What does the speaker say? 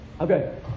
Okay